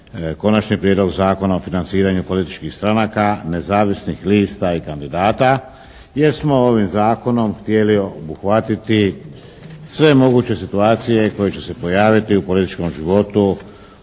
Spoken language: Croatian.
Konačni prijedlog Zakona o financiranju političkih stranaka, nezavisnih lista i kandidata jer smo ovim Zakonom htjeli obuhvatiti sve moguće situacije koje će se pojaviti u političkom životu,